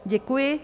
Děkuji.